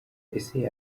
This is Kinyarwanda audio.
ese